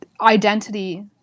identity